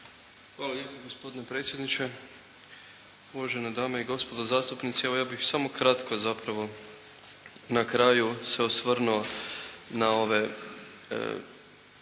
Hvala lijepo gospodine predsjedniče. Uvažene dame i gospodo zastupnici evo ja bih samo kratko zapravo na kraju se osvrnuo na ove,